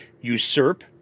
usurp